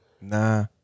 Nah